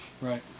Right